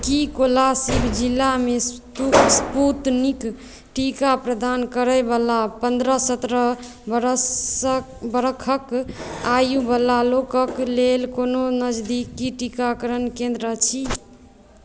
की कोलासिब जिला मे स्पूतनिक टीका प्रदान करय बला पन्द्रह सतरह बरस बरखक आयु बला लोकक लेल कोनो नजदीकी टीकाकरण केंद्र अछि